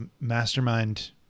mastermind